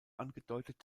angedeutet